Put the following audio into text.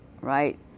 right